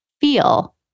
feel